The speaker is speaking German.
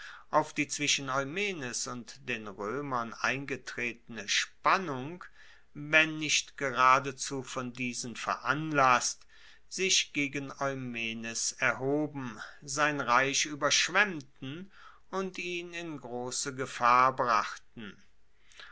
auf die zwischen eumenes und den roemern eingetretene spannung wenn nicht geradezu von diesen veranlasst sich gegen eumenes erhoben sein reich ueberschwemmten und ihn in grosse gefahr brachten